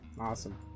Awesome